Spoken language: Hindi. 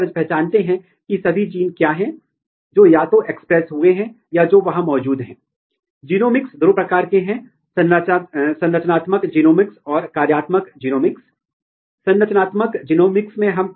यदि आपका स्वतंत्र प्रोब प्रोटीन के साथ बधता है है तो आप हाई मॉलेक्युलर वेट आकार में एक प्रोटीन का पता लगाएंगे तो आप बता सकते हैं कि आपका प्रोटीन मूल रूप से cis तत्व के लिए बाध्यकारी है